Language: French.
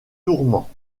tourment